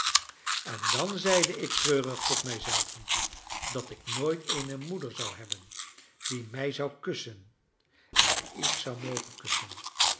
en dan zeide ik treurig tot mijzelven dat ik nooit eene moeder zou hebben die mij zou kussen en die ik zou mogen kussen